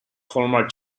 hallmark